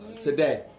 today